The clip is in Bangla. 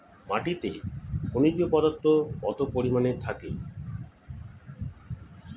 মাটিতে খনিজ পদার্থ কত পরিমাণে থাকে?